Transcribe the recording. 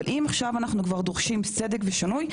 אבל אם עכשיו אנחנו כבר דורשים צדק ושינוי,